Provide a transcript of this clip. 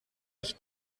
ich